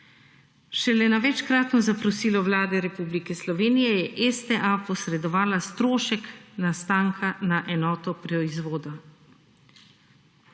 Šele na večkratno zaprosilo Vlade Republike Slovenije je STA posredovala strošek nastanka na enoto proizvoda.